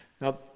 Now